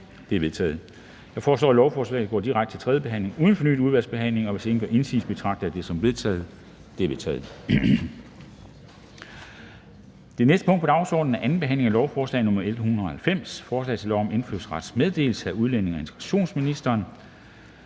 De er vedtaget. Jeg foreslår, at lovforslagene går direkte til tredje behandling uden fornyet udvalgsbehandling. Hvis ingen gør indsigelse, betragter jeg det som vedtaget. Det er vedtaget. --- Det næste punkt på dagsordenen er: 27) 2. behandling af lovforslag nr. L 190: Forslag til lov om indfødsrets meddelelse. Af udlændinge- og integrationsministeren